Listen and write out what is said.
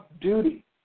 duty